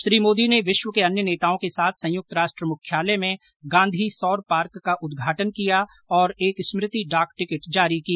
श्री मोदी ने विश्व के अन्य नेताओं के साथ संयुक्त राष्ट्र मुख्यालय में गांधी सौर पार्क का उद्घाटन किया और एक स्मृति डाक टिकट जारी किया